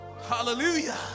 Hallelujah